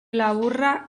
laburra